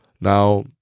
Now